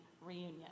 reunion